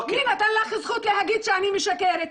מי נתת לך זכות להגיד שאני משקרת?